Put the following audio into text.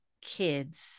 kids